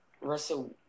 Russell